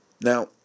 Now